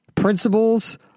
Principles